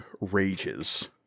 rages